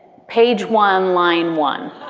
page one, line one